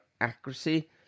accuracy